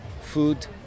Food